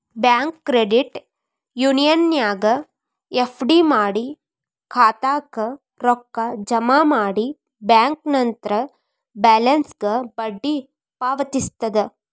bank credit ಯೂನಿಯನ್ನ್ಯಾಗ್ FD ಮಾಡಿ ಖಾತಾಕ್ಕ ರೊಕ್ಕ ಜಮಾ ಮಾಡಿ ಬ್ಯಾಂಕ್ ನಂತ್ರ ಬ್ಯಾಲೆನ್ಸ್ಗ ಬಡ್ಡಿ ಪಾವತಿಸ್ತದ